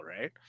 right